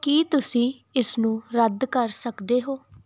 ਕੀ ਤੁਸੀਂ ਇਸ ਨੂੰ ਰੱਦ ਕਰ ਸਕਦੇ ਹੋ